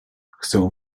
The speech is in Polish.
chcę